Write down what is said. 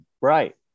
Right